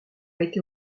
été